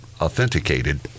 authenticated